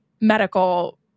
medical